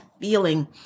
feeling